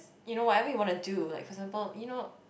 you know whatever you wanna do like for example you know